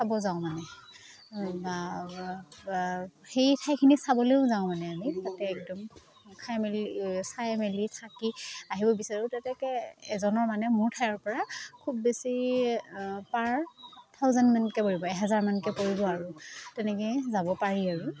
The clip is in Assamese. খাব যাওঁ মানে বা সেই ঠাইখিনি চাবলেও যাওঁ মানে আমি তাতে একদম খাই মেলি চাই মেলি থাকি আহিব বিচাৰোঁ তেনেকে এজনৰ মানে মুঠ ঠাইৰ পৰা খুব বেছি পাৰ থাউজেণ্ডমানকে পৰিব এহেজাৰমানকে পৰিব আৰু তেনেকেই যাব পাৰি আৰু